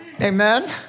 Amen